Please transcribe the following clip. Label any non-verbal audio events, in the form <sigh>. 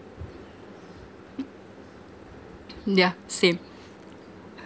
mm yeah same <noise>